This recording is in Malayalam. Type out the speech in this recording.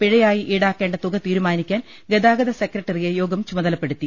പിഴയായി ഈടാക്കേണ്ട തുക തീരുമാനിക്കാൻ ഗതാഗത സെക്രട്ടറിയെ യോഗം ചുമതല പ്പെടുത്തി